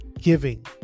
giving